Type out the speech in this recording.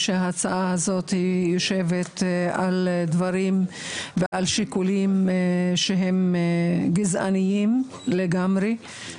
שההצעה הזאת היא יושבת על דברים ועל שיקולים שהם גזעניים לגמרי.